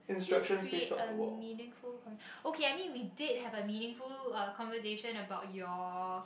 please create a meaningful conversation okay I mean we did have a meaningful uh conversation about your